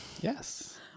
Yes